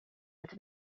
lite